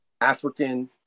African